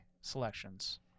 selections